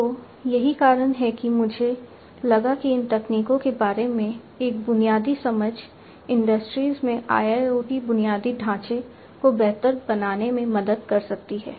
तो यही कारण है कि मुझे लगा कि इन तकनीकों के बारे में एक बुनियादी समझ इंडस्ट्रीज में IIoT बुनियादी ढांचे को बेहतर बनाने में मदद कर सकती है